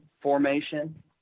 formation